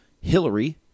Hillary